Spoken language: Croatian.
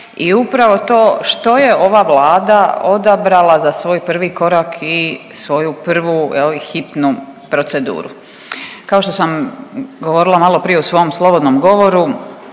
i upravo to što je ova Vlada odabrala za svoj prvi korak i svoju prvu je li hitnu proceduru. Kao što sam govorila maloprije u svom slobodnom govoru